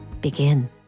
Begin